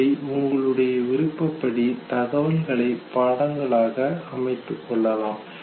இதை உங்களுடைய விருப்பப்படி தகவல்களை படங்களாக அமைத்துக்கொள்ளலாம்